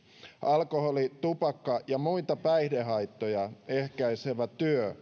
alkoholi tupakka ja muita päihdehaittoja ehkäisevä työ